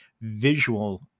visual